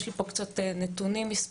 יש לי פה קצת נתונים מספריים.